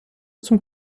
zum